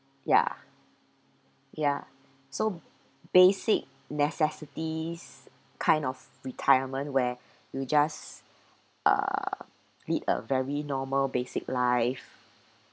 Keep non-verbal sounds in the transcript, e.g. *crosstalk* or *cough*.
ya ya so basic necessities kind of retirement where *breath* you just uh lead a very normal basic life